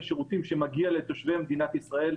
השירותים שמגיעים לתושבי מדינת ישראל,